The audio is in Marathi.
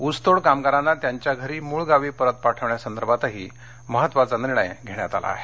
ऊसतोड कामागारांना त्यांच्या घरी मूळ गावी परत पाठवण्यासंदर्भातही महत्त्वाचा निर्णय घेण्यात आला आहे